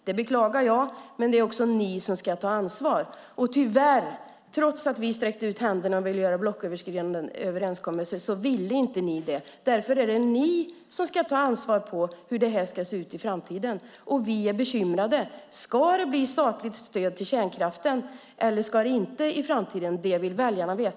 Det beklagar jag. Men det är också ni som ska ta ansvar. Trots att vi sträckte ut händerna och ville göra blocköverskridande överenskommelser ville ni tyvärr inte det. Därför är det ni som ska ta ansvar för hur det här ska se ut i framtiden. Vi är bekymrade. Ska det bli statligt stöd till kärnkraften eller inte i framtiden? Det vill väljarna veta.